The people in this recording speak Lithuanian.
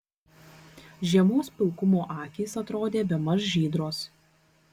žiemos pilkumo akys atrodė bemaž žydros